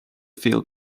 field